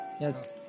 Yes